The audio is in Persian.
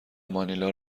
مانیلا